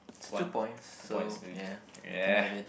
it's two points so yeah you can have it